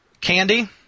Candy